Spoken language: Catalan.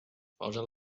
posa